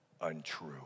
untrue